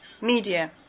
media